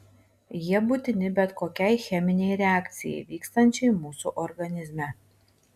jie būtini bet kokiai cheminei reakcijai vykstančiai mūsų organizme